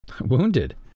Wounded